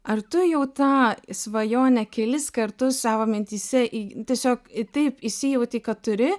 ar tu jau tą svajonę kelis kartus savo mintyse į tiesiog taip įsijautei kad turi